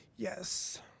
Yes